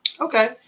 okay